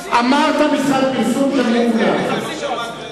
אמרת משרד פרסום, שמעו כולם.